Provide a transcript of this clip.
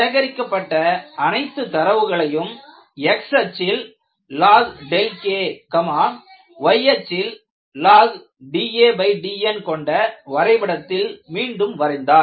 சேகரிக்கப்பட்ட அனைத்து தரவுகளையும் x அச்சில் log K y அச்சில் log dadN கொண்ட வரைபடத்தில் மீண்டும் வரைந்தார்